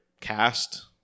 cast